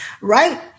right